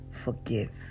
Forgive